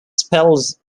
spells